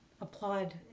applaud